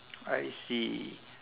I see